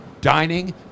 dining